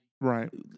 Right